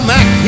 Mac